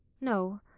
no,